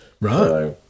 Right